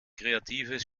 kreatives